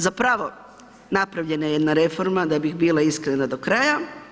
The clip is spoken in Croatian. Zapravo, napravljena je jedna reforma da bih bila iskrena do kraja.